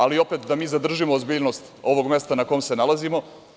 Ali, opet, da mi zadržimo ozbiljnost ovog mesta na kome se nalazimo.